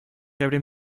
habe